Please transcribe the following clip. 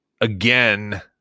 again